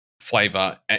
flavor